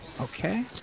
Okay